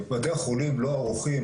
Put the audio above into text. בתי החולים לא ערוכים.